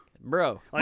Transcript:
bro